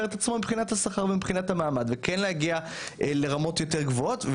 את עצמו מבחינת השכר והמעמד ולהגיע לרמות יותר גבוהות,